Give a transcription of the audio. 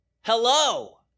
Hello